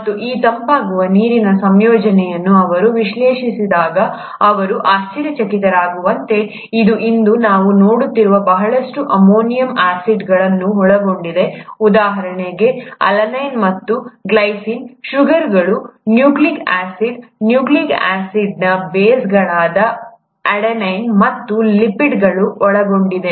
ಮತ್ತು ಈ ತಂಪಾಗುವ ನೀರಿನ ಸಂಯೋಜನೆಯನ್ನು ಅವರು ವಿಶ್ಲೇಷಿಸಿದಾಗ ಅವರು ಆಶ್ಚರ್ಯಚಕಿತರಾಗುವಂತೆ ಇದು ಇಂದು ನಾವು ನೋಡುತ್ತಿರುವ ಬಹಳಷ್ಟು ಅಮೈನೋ ಆಸಿಡ್ಗಳನ್ನು ಒಳಗೊಂಡಿದೆ ಉದಾಹರಣೆಗೆ ಅಲನೈನ್ ಮತ್ತು ಗ್ಲೈಸಿನ್ ಶುಗರ್ಗಳು ನ್ಯೂಕ್ಲಿಯಿಕ್ ಆಸಿಡ್ ನ್ಯೂಕ್ಲಿಯಿಕ್ ಆಸಿಡ್ನ ಬೇಸ್ಗಳಾದ ಅಡೆನಿನ್ ಮತ್ತು ಲಿಪಿಡ್ಗಳನ್ನು ಒಳಗೊಂಡಿದೆ